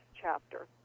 chapter